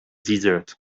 desert